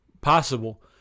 possible